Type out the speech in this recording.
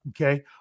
Okay